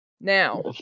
Now